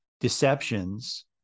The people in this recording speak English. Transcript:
deceptions